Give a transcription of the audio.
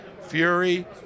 Fury